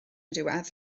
diwedd